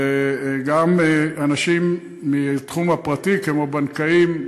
וגם אנשים מהתחום הפרטי, כמו בנקאים,